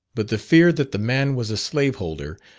but the fear that the man was a slaveholder,